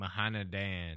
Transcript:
Mahanadan